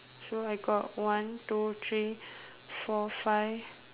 sure I got one two three four five